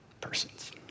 persons